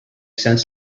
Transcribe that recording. sense